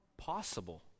possible